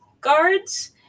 guards